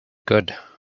good